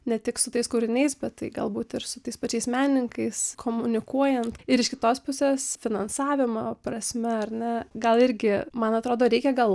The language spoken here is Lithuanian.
ne tik su tais kūriniais bet tai galbūt ir su tais pačiais menininkais komunikuojant ir iš kitos pusės finansavimo prasme ar ne gal irgi man atrodo reikia gal